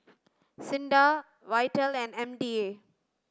SINDA VITAL and M D A